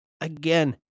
Again